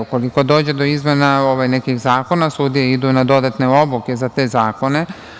Ukoliko dođe do izmena nekih zakona, sudije idu na dodatne obuke za te zakone.